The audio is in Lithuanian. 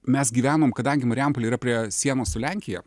mes gyvenom kadangi marijampolė yra prie sienos su lenkija